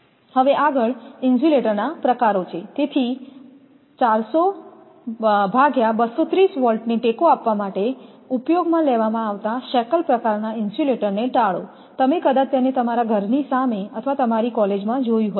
હવે આગળ ઇન્સ્યુલેટરના પ્રકારો છે તેથી 400230 વોલ્ટને ટેકો આપવા માટે ઉપયોગમાં લેવામાં આવતા શેકલ પ્રકારના ઇન્સ્યુલેટરને ટાળો તમે કદાચ તેને તમારા ઘરની સામે અથવા તમારી કોલેજમાં જોયું હશે